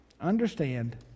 Understand